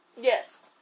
Yes